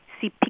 see